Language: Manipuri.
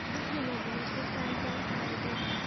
ꯑꯗꯨꯝ ꯍꯩꯅꯕ ꯅꯠꯇ꯭ꯔꯣ ꯆꯥꯛ ꯏꯟꯁꯥꯡ ꯆꯥꯕꯗꯤ